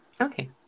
Okay